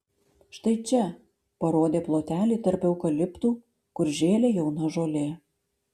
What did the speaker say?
štai čia parodė plotelį tarp eukaliptų kur žėlė jauna žolė